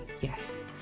yes